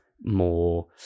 more